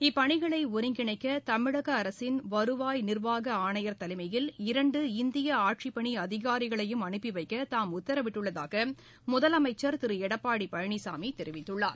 இப்பணிகளை ஒருங்கிணைக்க தமிழக அரசின் வருவாய் நிர்வாக ஆணையர் தலைமையில் இரண்டு இந்திய ஆட்சிப்பணி அதிகாரிகளையும் அனுப்பி வைக்க தாம் உத்தரவிட்டுள்ளதாக முதலமைச்சர் திரு எடப்பாடி பழனிசாமி தெரிவித்துள்ளார்